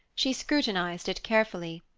she scrutinized it carefully.